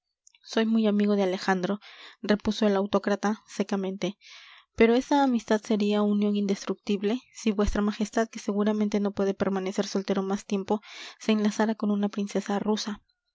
soy muy amigo de alejandro repuso el autócrata secamente pero esa amistad sería unión indestructible si vuestra majestad que seguramente no puede permanecer soltero más tiempo se enlazara con una princesa rusa